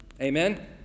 Amen